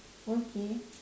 okay